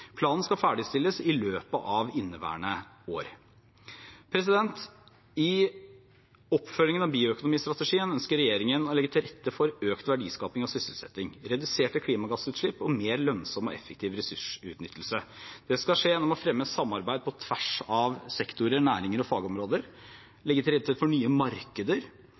Planen skal ferdigstilles i løpet av inneværende år. I oppfølgingen av bioøkonomistrategien ønsker regjeringen å legge til rette for økt verdiskaping og sysselsetting, reduserte klimagassutslipp og en mer lønnsom og effektiv ressursutnyttelse. Det skal skje gjennom å fremme samarbeid på tvers av sektorer, næringer og fagområder, legge til rette for nye markeder,